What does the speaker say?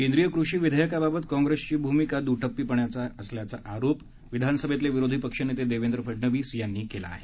केंद्रीय कृषी विधेयकाबाबत काँग्रेसची भूमिका दुटप्पीपणाची असल्याचा आरोप विधानसभेतले विरोधी पक्षनेते देवेंद्र फडनवीस यांनी केलं आहे